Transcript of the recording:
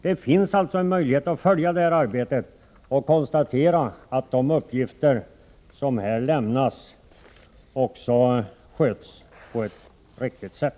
Det finns alltså en möjlighet att följa arbetet och konstatera att uppgifterna också sköts på ett riktigt sätt.